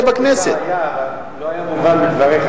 בסדר גמור.